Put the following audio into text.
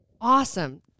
awesome